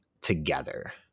Together